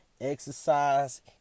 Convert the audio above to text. exercise